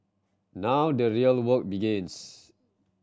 now the real work begins